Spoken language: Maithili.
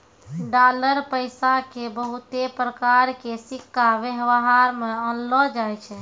डालर पैसा के बहुते प्रकार के सिक्का वेवहार मे आनलो जाय छै